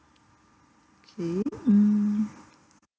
K mm